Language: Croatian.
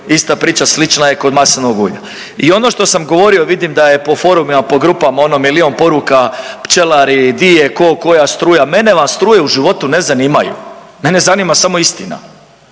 Ista priča, slična je kod maslinovog ulja. I ono što sam govorio, vidim da je po forumima, po grupama ono, milijun poruka, pčelari, di je tko, koja struja, mene vam struje u životu ne zanimaju. Mene zanima samo istina.